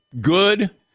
good